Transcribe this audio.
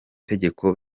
tegeko